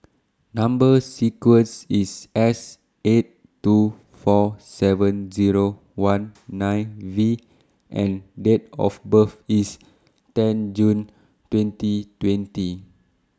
Number sequence IS S eight two four seven Zero one nine V and Date of birth IS ten June twenty twenty